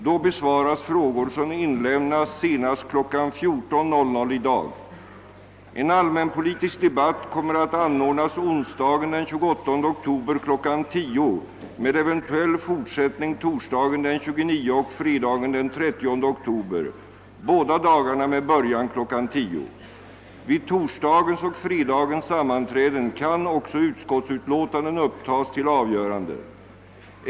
Då besvaras frågor som inlämnats senast kl. 14.00 i dag. garna med början kl. 10.00. Vid torsdagens och fredagens sammanträden kan också utskottsutlåtanden upptas till avgörande.